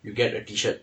you get a T shirt